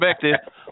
perspective